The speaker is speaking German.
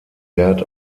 wert